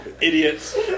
Idiots